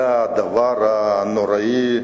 זה הדבר הנוראי,